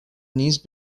niece